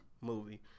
movie